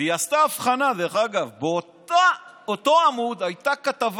והיא עשתה הבחנה, דרך אגב, באותו עמוד הייתה כתבה